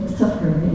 suffering